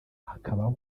hakabaho